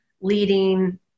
leading